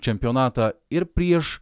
čempionatą ir prieš